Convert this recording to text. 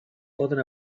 poden